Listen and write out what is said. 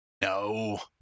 No